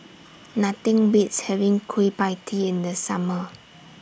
Nothing Beats having Kueh PIE Tee in The Summer